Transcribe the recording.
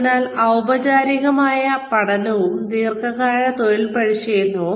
അതിനാൽ ഔപചാരികമായ പഠനവും ദീർഘകാല തൊഴിൽ പരിശീലനവും